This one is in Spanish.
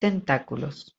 tentáculos